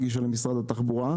הגישה אותו למשרד התחבורה.